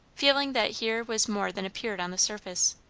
feeling that here was more than appeared on the surface.